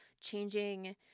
changing